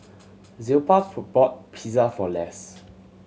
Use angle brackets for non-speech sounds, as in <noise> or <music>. Zilpah <unintelligible> bought Pizza for Less